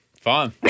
Fine